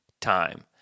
time